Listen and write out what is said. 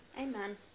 amen